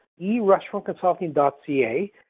erestaurantconsulting.ca